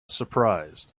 surprised